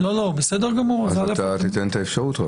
אתה תיתן את האפשרות?